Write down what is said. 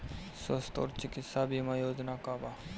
स्वस्थ और चिकित्सा बीमा योजना का बा?